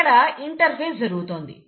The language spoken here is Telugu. ఇక్కడ ఇంటర్ఫేజ్ జరుగుతుంది